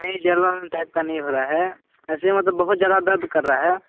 नहीं जलन टाइप का नहीं हो रहा है ऐसे मतलब बहुत ज़्यादा दर्द कर रहा है